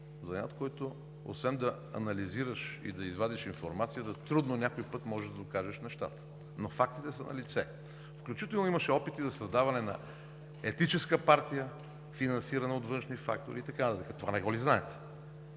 занаят, който освен да анализираш и да извадиш информацията, някой път трудно можеш да докажеш нещата. Но фактите са налице. Включително имаше опити за създаване на етническа партия, финансирана от външни фактори и така нататък. Това не го ли знаете?!